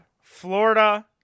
Florida